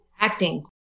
Acting